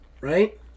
right